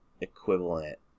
equivalent